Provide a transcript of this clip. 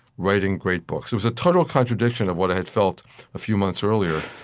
writing great books. it was a total contradiction of what i had felt a few months earlier.